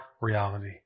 reality